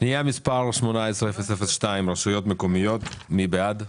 פנייה מספר 18-002 רשויות מקומיות, מי בעד?